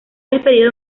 despedido